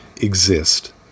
exist